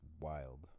wild